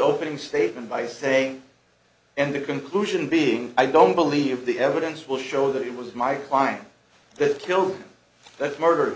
opening statement by saying and the conclusion being i don't believe the evidence will show that it was my client that killed him that's murder